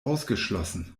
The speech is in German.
ausgeschlossen